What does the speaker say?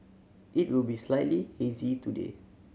it will be slightly hazy today